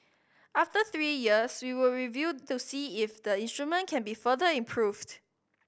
after three years we would review to see if the instrument can be further improved